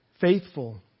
faithful